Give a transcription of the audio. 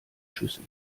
schüssel